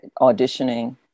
auditioning